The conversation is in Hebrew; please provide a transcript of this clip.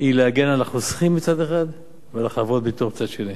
היא להגן על החוסכים מצד אחד ועל חברות הביטוח מצד שני: